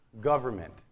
government